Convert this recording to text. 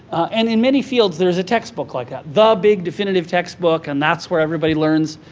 and in many fields there's a textbook like that. the big definitive textbook and that's where everybody learns.